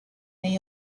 may